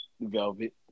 Velvet